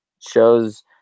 shows